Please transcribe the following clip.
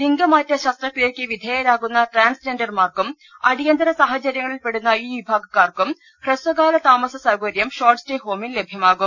ലിംഗമാറ്റ ശസ്ത്ര ക്രിയയ്ക്ക് വിധേയരാകുന്ന ട്രാൻസ്ജെൻഡർമാർക്കും അടി യന്തര സാഹചര്യങ്ങളിൽപ്പെടുന്ന ഈ വിഭാഗക്കാർക്കും ഹ്രസ്വ കാല താമസ സൌകര്യം ഷോർട്ട്സ്റ്റേ ഹോമിൽ ലഭ്യമാകും